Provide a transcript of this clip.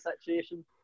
situation